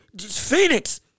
Phoenix